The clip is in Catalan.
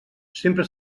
sempre